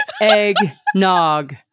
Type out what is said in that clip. Eggnog